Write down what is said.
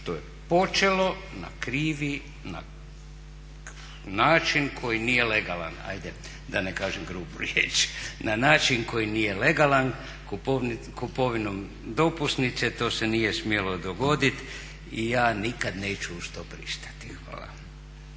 što je počelo na krivi način koji nije legalan, ajde da ne kažem grubu riječ, na način koji nije legalan kupovinom dopusnicom. To se nije smjelo dogodit i ja nikad neću uz to pristati. Hvala.